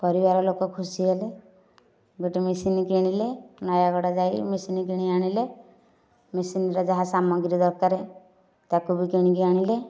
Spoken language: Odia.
ପରିବାର ଲୋକ ଖୁସି ହେଲେ ଗୋଟେ ମେସିନ୍ କିଣିଲେ ନୟାଗଡ଼ ଯାଇ ମେସିନ୍ କିଣିଆଣିଲେ ମେସିନ୍ର ଯାହା ସାମଗ୍ରୀ ଦରକାର ତାକୁ ବି କିଣିକି ଆଣିଲେ